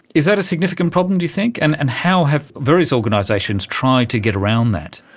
is that a significant problem, do you think, and and how have various organisations tried to get around that?